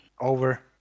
Over